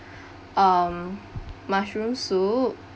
um mushroom soup